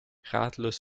ratlos